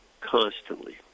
constantly